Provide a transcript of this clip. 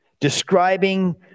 describing